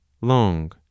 long